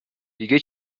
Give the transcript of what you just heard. دیگه